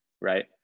right